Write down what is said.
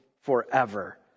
forever